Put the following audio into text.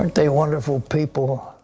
like they wonderful people?